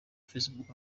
facebook